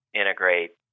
integrate